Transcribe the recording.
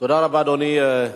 תודה רבה, אדוני.